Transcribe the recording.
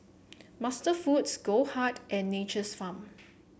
MasterFoods Goldheart and Nature's Farm